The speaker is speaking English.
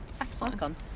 excellent